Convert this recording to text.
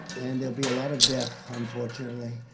and there will be a lot of death, unfortunately.